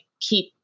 keep